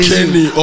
Kenny